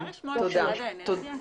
אפשר לשמוע את משרד האנרגיה?